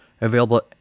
available